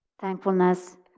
Thankfulness